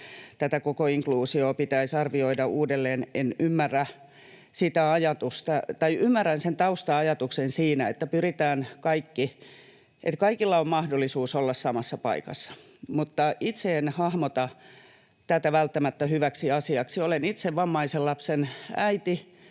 tätä koko inkluusiota pitäisi arvioida uudelleen. Ymmärrän sen tausta-ajatuksen siinä, että kaikilla on mahdollisuus olla samassa paikassa, mutta itse en hahmota tätä välttämättä hyväksi asiaksi. Olen itse vammaisen lapsen äiti.